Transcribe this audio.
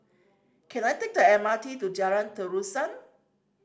can I take the M R T to Jalan Terusan